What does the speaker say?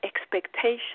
expectation